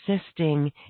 Assisting